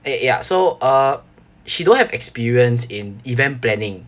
ya so uh she don't have experience in event planning